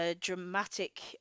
dramatic